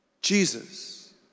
Jesus